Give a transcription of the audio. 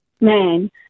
man